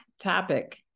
topic